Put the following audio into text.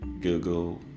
google